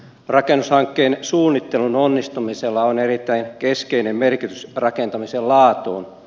rakennushankkeen suunnittelun onnistumisella on erittäin keskeinen merkitys rakentamisen laadulle